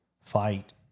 fight